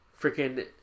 freaking